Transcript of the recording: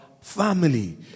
family